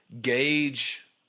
gauge